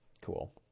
cool